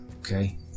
Okay